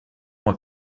mois